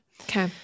Okay